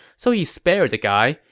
so he spared the guy,